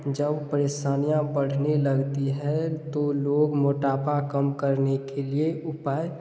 जब परेशानियाँ बढ़ने लगते हैं तो लोग मोटापा कम करने के लिए उपाय